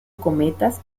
cometas